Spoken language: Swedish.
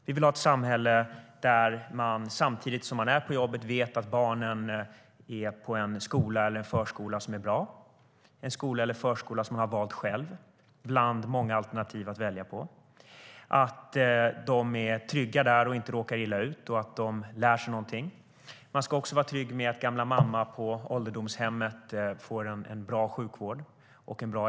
Vi vill ha ett samhälle där man samtidigt som man är på jobbet vet att barnen är på en bra förskola eller skola som man själv valt bland många alternativ och där barnen är trygga, inte råkar illa ut och lär sig något. Man ska också vara trygg med att gamla mamma på ålderdomshemmet får en bra äldreomsorg och sjukvård.